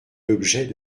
l’objet